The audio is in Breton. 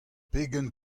pegen